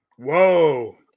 Whoa